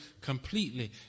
completely